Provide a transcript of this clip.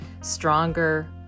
stronger